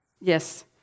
Yes